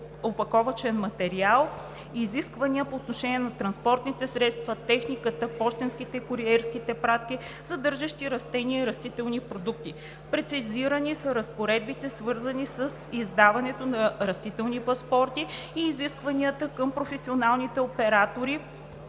опаковъчен материал; изисквания по отношение на транспортните средства, техниката, пощенските и куриерските пратки, съдържащи растения и растителни продукти. Прецизирани са разпоредбите, свързани с издаването на растителни паспорти, и изискванията към професионалните оператори,